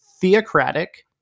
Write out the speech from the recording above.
theocratic